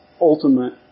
ultimate